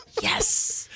yes